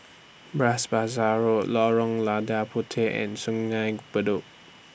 Bras Basah Road Lorong Lada Puteh and Sungei Bedok